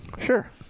Sure